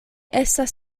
estas